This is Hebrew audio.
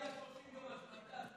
אבל לא היה יום 30 השבתה.